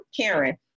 Karen